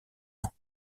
ans